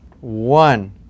One